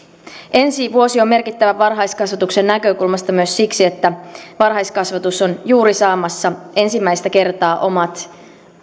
ensi vuosi on merkittävä varhaiskasvatuksen näkökulmasta myös siksi että varhaiskasvatus on juuri saamassa ensimmäistä kertaa omat